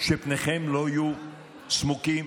שפניכם לא יהיו סמוקים,